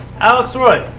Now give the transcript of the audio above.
alex roy